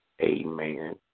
Amen